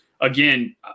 again